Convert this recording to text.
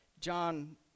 John